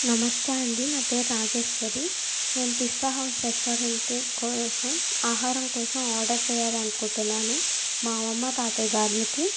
నమస్తే అండీ నా పేరు రాజేశ్వరి నేను పిస్తా హౌస్ రెస్టారెంట్ కోసం ఆహారం కోసం ఆర్డర్ చేయాలని అనుకుంటున్నాను మా అమ్మమ్మ తాతయ్య గార్లకి